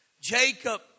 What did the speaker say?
Jacob